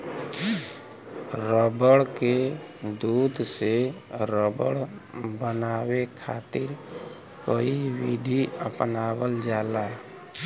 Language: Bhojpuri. रबड़ के दूध से रबड़ बनावे खातिर कई विधि अपनावल जाला